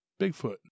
Bigfoot